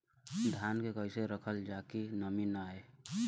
धान के कइसे रखल जाकि नमी न आए?